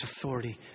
authority